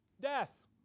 Death